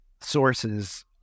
sources